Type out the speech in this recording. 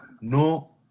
no